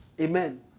Amen